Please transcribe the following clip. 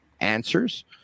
answers